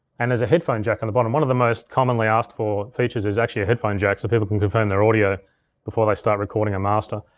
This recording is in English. and there's a headphone jack on the bottom. one of the most commonly asked for features is actually a headphone jack, so people can confirm their audio before they start recording a master.